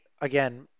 again